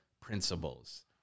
principles